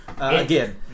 Again